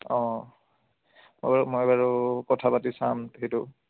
অঁ হ'লেও মই বাৰু কথা পাতি চাম সেইটো